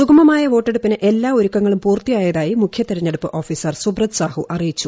സ്തുഗ്മമായ വോട്ടെടുപ്പിന് എല്ലാ ഒരുക്കങ്ങളും പൂർത്തിയായതായി മുഖ്യ തിരഞ്ഞെടുപ്പ് ഓഫീസർ സുബ്രത് സാഹു അറിയിച്ചു